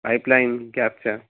pipeline गॅसच्या